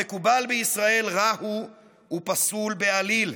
המקובל בישראל רע הוא ופסול בעליל.